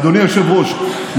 אדוני היושב-ראש,